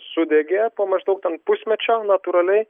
sudegė po maždaug pusmečio natūraliai